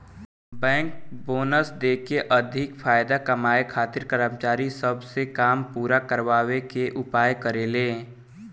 bank bonus देके अधिका फायदा कमाए खातिर कर्मचारी सब से काम पूरा करावे के उपाय करेले